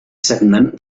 sagnant